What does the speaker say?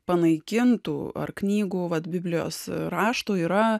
panaikintų ar knygų vat biblijos raštų yra